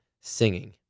singing